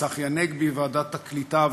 צחי הנגבי, ועדת העלייה והקליטה,